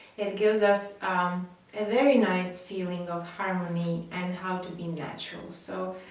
it gives us a very nice feeling of harmony and how to be natural. so